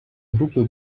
групи